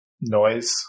noise